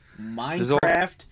Minecraft